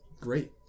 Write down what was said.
great